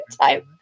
time